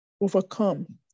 overcome